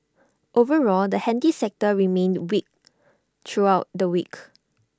overall the handy sector remained weak throughout the week